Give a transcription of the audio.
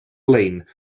lein